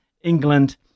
England